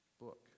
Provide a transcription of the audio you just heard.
book